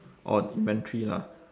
orh inventory lah